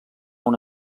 una